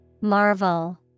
Marvel